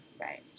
Right